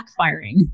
backfiring